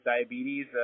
diabetes